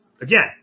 Again